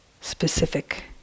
specific